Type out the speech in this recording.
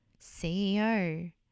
CEO